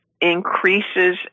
increases